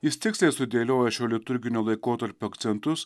jis tiksliai sudėlioja šio liturginio laikotarpio akcentus